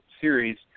Series